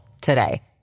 today